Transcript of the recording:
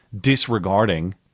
disregarding